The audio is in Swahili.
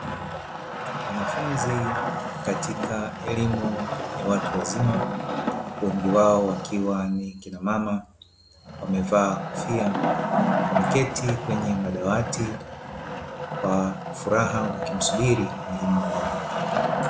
Wanafunzi katika elimu ya watu wazima wengi wao wakiwa ni kina mama, wamevaa kofia wameketi kwenye madawati kwa furaha wakimsubiri mwalimu wao.